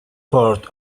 port